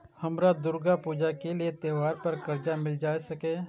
हमरा दुर्गा पूजा के लिए त्योहार पर कर्जा मिल सकय?